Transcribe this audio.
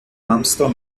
hamster